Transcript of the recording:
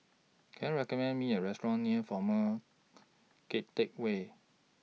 Can YOU recommend Me A Restaurant near Former Keng Teck Whay